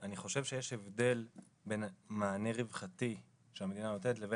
אני חושב שיש הבדל בין מענה רווחתי שהמדינה נותנת לבין